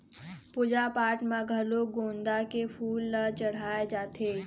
पूजा पाठ म घलोक गोंदा के फूल ल चड़हाय जाथे